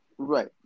Right